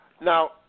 Now